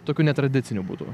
tokiu netradiciniu būdu